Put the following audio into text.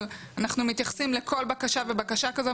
אבל אנחנו מתייחסים לכל בקשה ובקשה כזו,